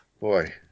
boy